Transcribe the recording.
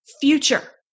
future